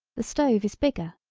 the stove is bigger.